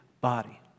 body